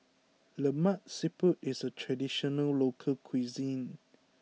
Lemak Siput is a traditional local cuisine